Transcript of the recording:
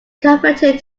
converted